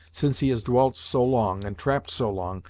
since he has dwelt so long, and trapped so long,